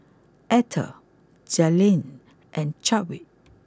Eathel Jalynn and Chadwick